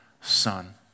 son